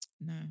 No